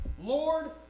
Lord